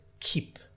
keep